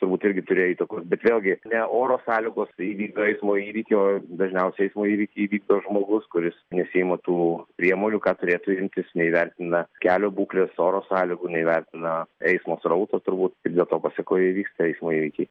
turbūt irgi turėjo įtakos bet vėlgi ne oro sąlygos įvykdo eismo įvykį o dažniausiai eismo įvykį įvykdo žmogus kuris nesiima tų priemonių ką turėtų imtis neįvertina kelio būklės oro sąlygų neįvertina eismo srauto turbūt ir dėl to pasakoje įvyksta eismo įvykiai